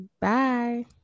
bye